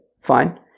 Fine